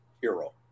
hero